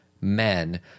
men